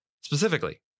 Specifically